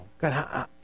God